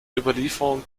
überlieferung